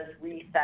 reset